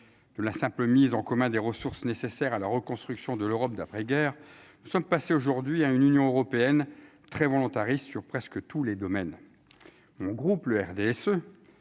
de la simple mise en commun des ressources nécessaires à la reconstruction de l'Europe d'après-guerre, nous sommes aujourd'hui à une Union européenne très volontariste sur presque tous les domaines, mon groupe RDSE